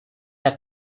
had